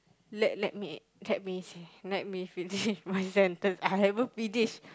let let me let me let me finish my sentence I haven't finish